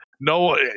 No